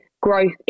growth